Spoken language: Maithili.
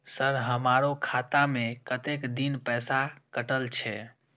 सर हमारो खाता में कतेक दिन पैसा कटल छे?